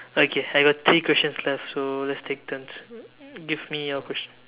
okay I got three questions left so let's take turns give me your question